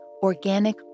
organic